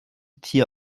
tier